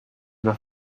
una